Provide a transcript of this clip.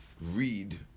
read